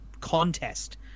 contest